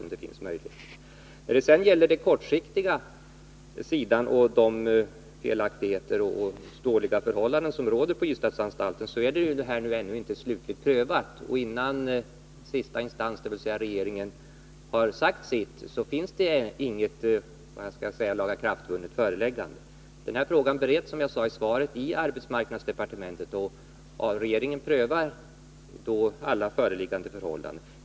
När det sedan gäller den kortsiktiga aspekten och de felaktigheter och dåliga förhållanden som råder på Ystadsanstalten, så har de frågorna ännu inte slutligt prövats. Och innan sista instans, dvs. regeringen, har sagt sitt finns det inget lagakraftvunnet föreläggande. Frågan bereds, som jag sade i svaret, i arbetsmarknadsdepartementet, och regeringen prövar då alla föreliggande förhållanden.